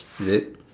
is it